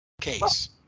case